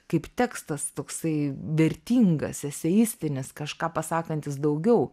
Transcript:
kaip tekstas toksai vertingas eseistinis kažką pasakantis daugiau